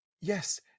yes